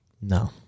No